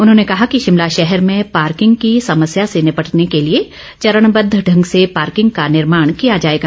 उन्होंने कहा कि शिमला शहर में पार्किंग की समस्या से निपटने के लिए चरणबद्व ढंग से पार्किंग का निर्माण किया जाएगा